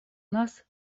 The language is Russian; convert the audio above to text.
нас